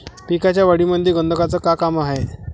पिकाच्या वाढीमंदी गंधकाचं का काम हाये?